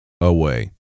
away